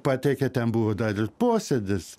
pateikė ten buvo dar ir posėdis